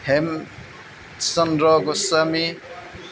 Hem Chandra Goswami